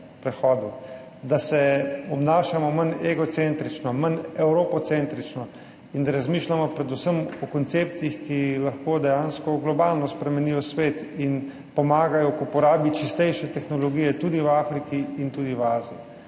prehodu, da se obnašamo manj egocentrično, manj evropocentrično in da razmišljamo predvsem o konceptih, ki lahko dejansko globalno spremenijo svet in pomagajo k uporabi čistejše tehnologije tudi v Afriki in tudi v Aziji.